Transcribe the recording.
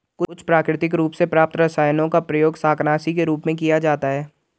कुछ प्राकृतिक रूप से प्राप्त रसायनों का प्रयोग शाकनाशी के रूप में किया जाता है